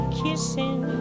kissing